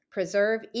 preserve